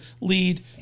lead